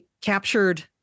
captured